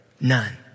None